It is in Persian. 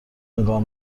نگاه